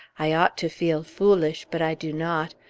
i ought to feel foolish but i do not.